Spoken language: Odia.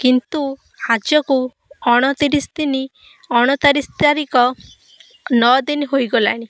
କିନ୍ତୁ ଆଜକୁ ଅଣତିରିଶି ଦିନ ତାରିଖ ନଅ ଦିନ ହୋଇଗଲାଣି